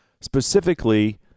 specifically